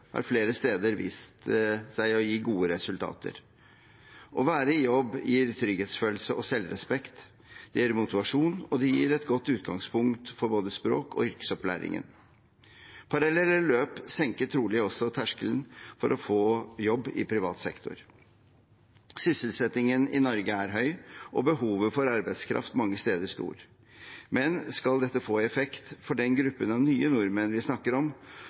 har flere steder vist seg å gi gode resultater. Å være i jobb gir trygghetsfølelse og selvrespekt, det gir motivasjon, og det gir et godt utgangspunkt for både språk- og yrkesopplæringen. Parallelle løp senker trolig også terskelen for å få jobb i privat sektor. Sysselsettingen i Norge er høy, og behovet for arbeidskraft er stort mange steder. Men skal dette få effekt for den gruppen av nye nordmenn vi snakker om,